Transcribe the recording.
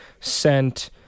sent